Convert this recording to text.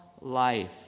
life